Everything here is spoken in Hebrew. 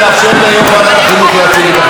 לאפשר ליו"ר ועדת החינוך להציג את החוק,